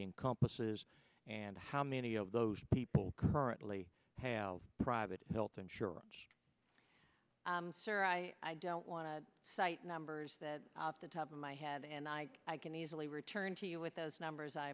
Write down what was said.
encompasses and how many of those people currently have private health insurance sir i don't want to cite numbers that the top of my head and i i can easily return to you with those numbers i